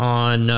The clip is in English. on